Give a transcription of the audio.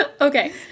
okay